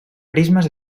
prismes